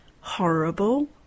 Horrible